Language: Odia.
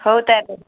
ହଉ ତାହେଲେ